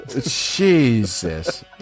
Jesus